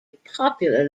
popular